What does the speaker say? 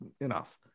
enough